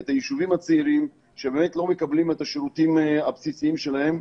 את היישובים הצעירים שבאמת לא מקבלים את השירותים הבסיסיים שלהם,